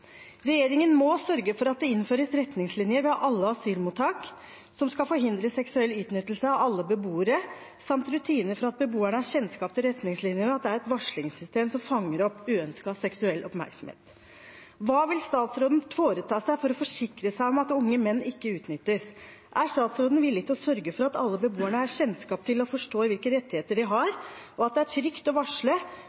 Regjeringen må sørge for at det innføres retningslinjer som skal forhindre seksuell utnyttelse av alle beboere ved alle asylmottak, samt rutiner for at beboerne har kjennskap til retningslinjene, og at det er et varslingssystem som fanger opp uønsket seksuell oppmerksomhet. Hva vil statsråden foreta seg for å forsikre seg om at unge menn ikke utnyttes? Er statsråden villig til å sørge for at alle beboerne har kjennskap til og forstår hvilke rettigheter de har,